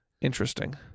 interesting